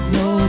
no